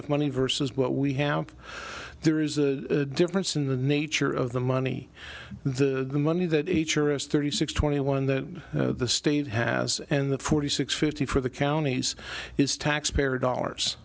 s money versus what we have there is a difference in the nature of the money the money that each are is thirty six twenty one that the state has and the forty six fifty for the counties is taxpayer dollars